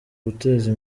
guteza